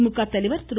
திமுக தலைவர் திரு